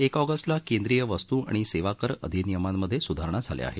एक ऑगस्टला केंद्रीय वस्तू आणि सेवा कर अधिनियमांमध्ये सुधारणा झाल्या आहेत